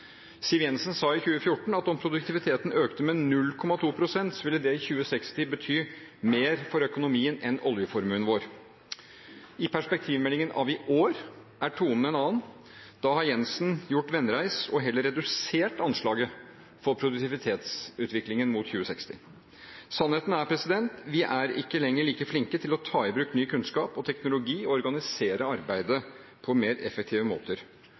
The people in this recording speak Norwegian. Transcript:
Siv Jensen sa i 2014 at om produktiviteten økte med 0,2 pst., ville det i 2060 bety mer for økonomien enn oljeformuen vår. I perspektivmeldingen av i år er tonen en annen. Der har Jensen gjort vendereis og heller redusert anslaget for produktivitetsutviklingen mot 2060. Sannheten er: Vi er ikke lenger like flinke til å ta i bruk ny kunnskap og teknologi og å organisere arbeidet på mer effektive måter.